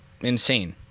Insane